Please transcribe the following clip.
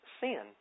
sin